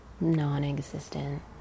Non-existent